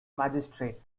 magistrate